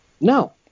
no